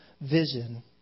vision